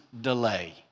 delay